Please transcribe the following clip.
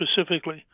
specifically